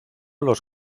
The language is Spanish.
los